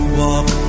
walk